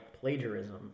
plagiarism